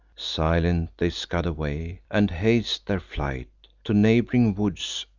silent they scud away, and haste their flight to neighb'ring woods,